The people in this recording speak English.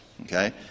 okay